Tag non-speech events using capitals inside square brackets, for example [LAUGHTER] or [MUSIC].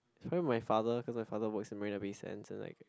[NOISE] probably my father cause my father works in Marina-Bay-Sands and like